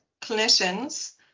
clinicians